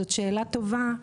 זו שאלה טובה.